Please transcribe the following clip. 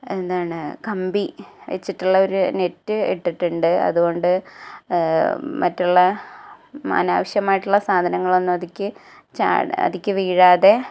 എന്താണ് കമ്പി വച്ചിട്ടുള്ള ഒരു നെറ്റ് ഇട്ടിട്ടുണ്ട് അതുകൊണ്ട് മറ്റുള്ള അനാവശ്യമായിട്ടുള്ള സാധങ്ങൾ ഒന്നും അതിലേക്ക് അതിലേക്ക് വീഴാതെ